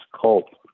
cult